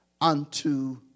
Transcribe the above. unto